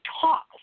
talk